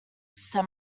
said